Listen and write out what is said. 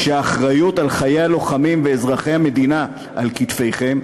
כשהאחריות לחיי הלוחמים ואזרחי המדינה על כתפיכם.